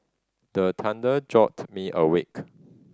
the thunder jolt me awake